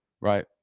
right